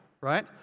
right